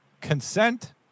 consent